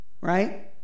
right